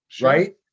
right